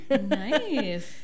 Nice